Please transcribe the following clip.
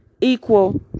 equal